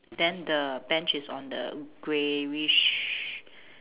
then the bench is on the greyish